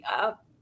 up